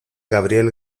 gabriel